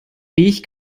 ich